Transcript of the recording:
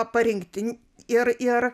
parinkti ir ir